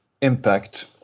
impact